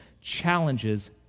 challenges